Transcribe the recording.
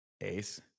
Ace